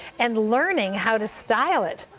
and learning how to style it.